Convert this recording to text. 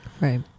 Right